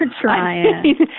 trying